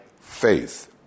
faith